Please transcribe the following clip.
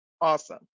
awesome